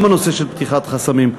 גם הנושא של פתיחת חסמים.